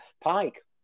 pike